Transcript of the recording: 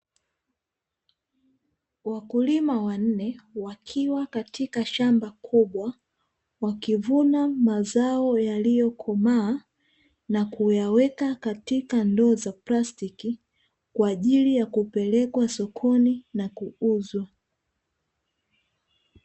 Wakulima wanne wakiwa katika shamba kubwa wakivuna mazao yaliyokomaa, na kuyaweka katika ndoo za plastiki, kwa ajili ya kupelekwa sokoni na kuuzwa.